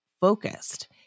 focused